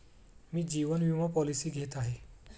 मी जीवन विमा पॉलिसी घेत आहे